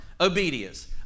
Obedience